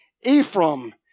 Ephraim